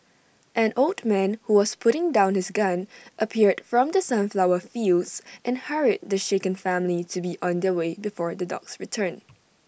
an old man who was putting down his gun appeared from the sunflower fields and hurried the shaken family to be on their way before the dogs return